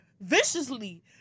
viciously